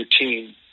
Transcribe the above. routine